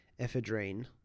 ephedrine